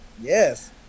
Yes